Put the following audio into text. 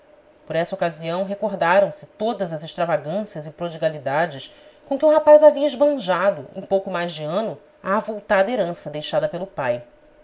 por essa ocasião recordaram se todas as extravagâncias e prodigalidades com que o rapaz havia esbanjado em pouco mais de ano a avultada herança deixada pelo pai